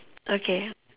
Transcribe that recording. okay